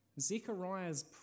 Zechariah's